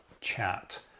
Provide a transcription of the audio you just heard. chat